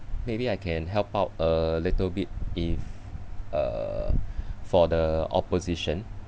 maybe I can help out a little bit if uh for the opposition